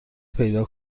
پیدا